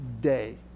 day